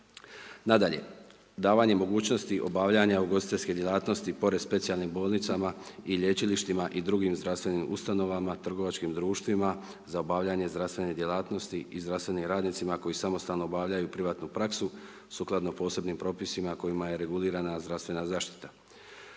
Nadalje, davanje mogućnosti obavljanja ugostiteljske djelatnosti, pored specijalnih bolnicama i lječilištima i drugim zdravstvenim ustanovama, trgovačkim društvima za obavljanje zdravstvenih djelatnosti i zdravstvenim radnicima koji samostalno obavljanju privatnu praksu, sukladno posebnim propisima kojima je regulirana zdravstvena zaštita.